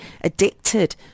addicted